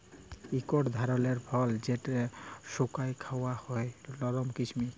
ইকট ধারালের ফল যেট শুকাঁয় খাউয়া হছে লরম কিচমিচ